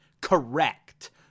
correct